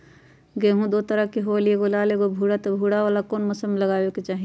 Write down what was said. गेंहू दो तरह के होअ ली एगो लाल एगो भूरा त भूरा वाला कौन मौसम मे लगाबे के चाहि?